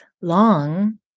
long